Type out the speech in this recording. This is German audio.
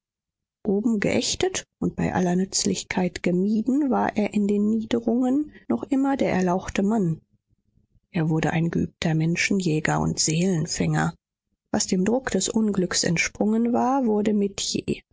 oben geächtet und bei aller nützlichkeit gemieden war er in den niederungen noch immer der erlauchte mann er wurde ein geübter menschenjäger und seelenfänger was dem druck des unglücks entsprungen war wurde metier